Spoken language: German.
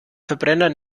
verbrenner